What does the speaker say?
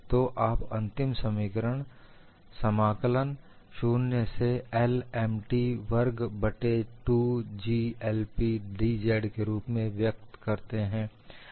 तो आप अंतिम समीकरण समाकलन 0 से L Mt वर्ग बट्टे 2GIp dz के रूप में प्राप्त करते हैं